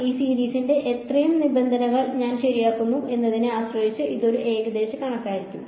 ഈ സീരീസിന്റെ എത്ര നിബന്ധനകൾ ഞാൻ ശരിയാക്കുന്നു എന്നതിനെ ആശ്രയിച്ച് ഇത് ഒരു ഏകദേശ കണക്കായിരിക്കും